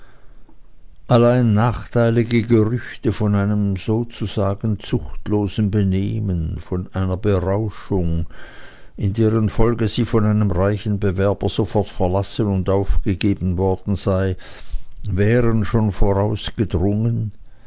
allein nachteilige gerüchte von einem sozusagen zuchtlosen benehmen von einer berauschung in deren folge sie von einem reichen bewerber sofort verlassen und aufgegeben worden sei wären schon